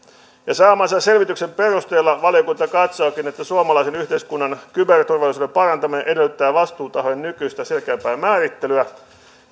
saamansa selvityksen perusteella valiokunta katsookin että suomalaisen yhteiskunnan kyberturvallisuuden parantaminen edellyttää vastuutahojen nykyistä selkeämpää määrittelyä ja